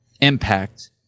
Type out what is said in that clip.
impact